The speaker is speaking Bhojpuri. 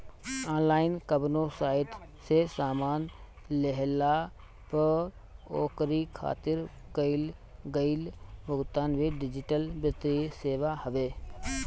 ऑनलाइन कवनो साइट से सामान लेहला पअ ओकरी खातिर कईल गईल भुगतान भी डिजिटल वित्तीय सेवा हवे